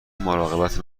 مراقبت